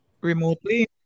Remotely